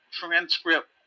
transcript